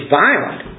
violent